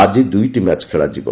ଆକି ଦୁଇଟି ମ୍ୟାଚ୍ ଖେଳାଯିବ